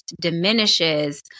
diminishes